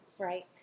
Right